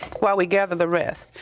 while we gather the rest.